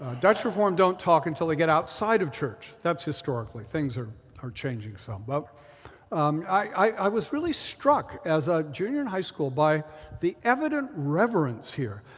dutch reformed don't talk until they get outside of church. that's historically. things are are changing some. but i was really struck as a junior in high school by the evident reverence here.